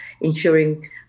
ensuring